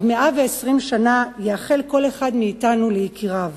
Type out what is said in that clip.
עד מאה-ועשרים שנה, יאחל כל אחד מאתנו ליקיריו.